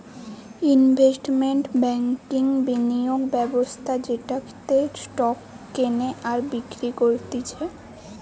investment ব্যাংকিংবিনিয়োগ ব্যবস্থা যেটাতে স্টক কেনে আর বিক্রি করতিছে